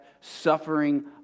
suffering